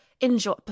Enjoy